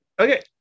Okay